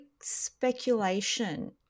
speculation